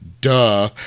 Duh